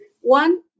one